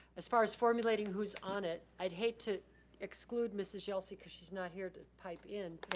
as far as formulating who's on it, i'd hate to exclude mrs. yelsey because she's not here to pipe in.